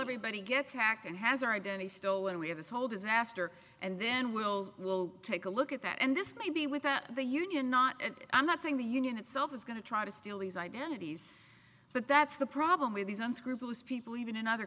everybody gets hacked and has our identity stolen we have this whole disaster and then we'll we'll take a look at that and this may be without the union not i'm not saying the union itself is going to try to steal these identities but that's the problem with these unscrupulous people even in other